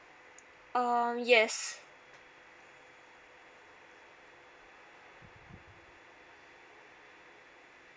um yes